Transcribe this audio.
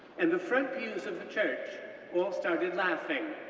and the front pews of the church all started laughing.